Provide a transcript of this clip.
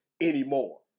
anymore